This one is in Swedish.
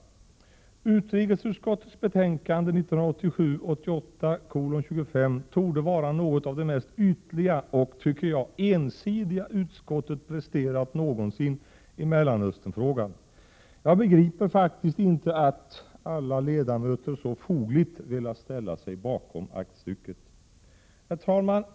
Utrikesutskottets betänkande 1987/88:25 torde vara något av det mest ytliga och, tycker jag, ensidiga utskottet någonsin presterat i Mellanösternfrågan. Jag begriper faktiskt inte att alla ledamöter så fogligt velat ställa sig 93 bakom aktstycket. Herr talman!